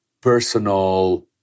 personal